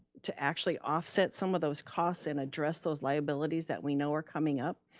to actually offset some of those costs and address those liabilities that we know are coming up.